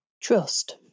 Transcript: Trust